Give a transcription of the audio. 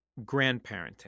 grandparenting